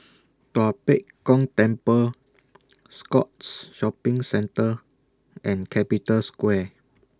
Tua Pek Kong Temple Scotts Shopping Centre and Capital Square